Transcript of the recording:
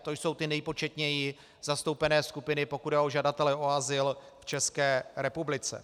To jsou ty nejpočetněji zastoupené skupiny, pokud jde o žadatele o azyl v České republice.